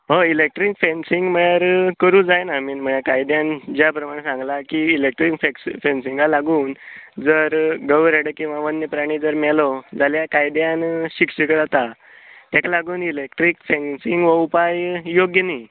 हय electric fencing म्हळ्यार करूं जायना आय मीन म्हळ्यार कायद्या ज्या प्रमाणे सांगला की ईलेक्ट्रिक फेन्स फेन्सिंगाक लागून जर गंवो रेडो किंवां अन्य प्राणी जर मेलो जाल्यार कायद्यान शिक्षा जाता तेका लागून इलेक्ट्रिक फेन्सिंग हो उपाय योग्य न्ही